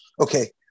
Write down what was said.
okay